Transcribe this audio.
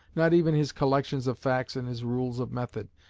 not even his collections of facts and his rules of method,